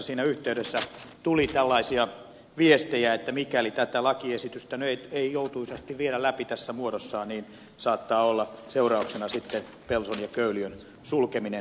siinä yhteydessä tuli tällaisia viestejä että mikäli tätä lakiesitystä nyt ei joutuisasti viedä läpi tässä muodossaan saattaa olla seurauksena pelson ja köyliön sulkeminen